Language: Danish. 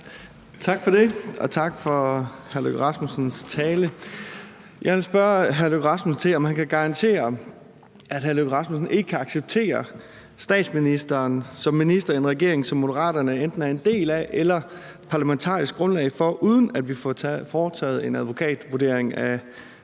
Tak for det, og tak for hr. Lars Løkke Rasmussens tale. Jeg vil spørge hr. Lars Løkke Rasmussen, om han kan garantere, at han ikke kan acceptere statsministeren som minister i en regering, som Moderaterne enten er en del af eller er parlamentarisk grundlag for, uden at vi får foretaget en advokatvurdering af det politiske